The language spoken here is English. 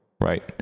right